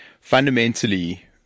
Fundamentally